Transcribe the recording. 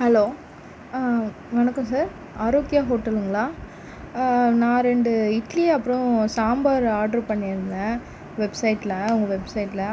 hello வணக்கம் sir Arokya ஹோட்டலுங்களா நான் ரெண்டு இட்லி அப்பறம் சாம்பார் ஆட்ரு பண்ணியிருந்தேன் வெப்சைட்டில் உங்கள் வெப்சைட்டில்